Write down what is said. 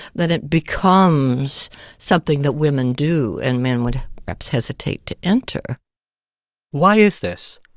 then it becomes something that women do, and men would perhaps hesitate to enter why is this?